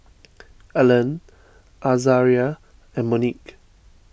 Ellen Azaria and Monique